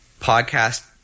podcast